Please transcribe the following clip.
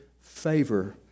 favor